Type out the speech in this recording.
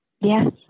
yes